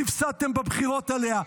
כי הפסדתם בבחירות עליה.